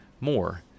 more